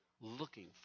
looking